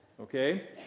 Okay